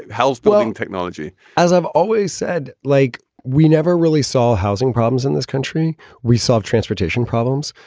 health, blowing technology as i've always said, like we never really saw housing problems in this country. we solved transportation problems.